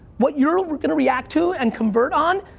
what you're gonna react to and convert on,